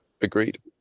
agreed